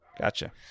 Gotcha